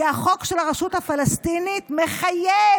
כי החוק של הרשות הפלסטינית מחייב,